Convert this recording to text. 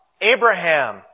Abraham